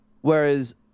Whereas